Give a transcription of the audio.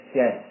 yes